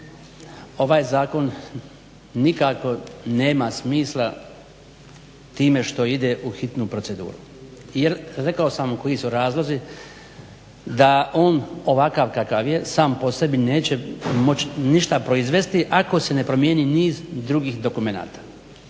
ovaj zakon nikako nema smisla time što ide u hitnu proceduru. Jer rekao sam koji su razlozi da on ovakav kakav je sam po sebi neće moć ništa proizvesti ako se ne promijeni niz drugih dokumenata.